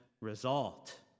result